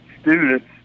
students